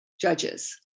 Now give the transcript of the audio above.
judges